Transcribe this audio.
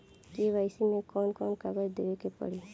KYC मे कौन कौन कागज देवे के पड़ी?